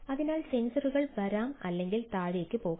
അതിനാൽ സെൻസറുകൾ വരാം അല്ലെങ്കിൽ താഴേക്ക് പോകാം